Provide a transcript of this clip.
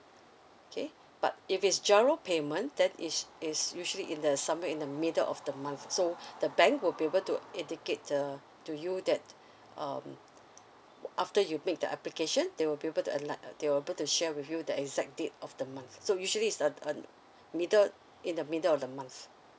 okay but if it's giro payment then it is usually in the somewhere in the middle of the month so the bank will be able to indicate the to you that um after you make the application they will be able to alert uh they will able to share with you the exact day of the month so usually it's on on middle in the middle of the month